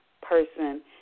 person